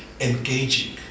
engaging